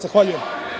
Zahvaljujem.